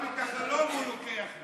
גם את החלום הוא לוקח לי.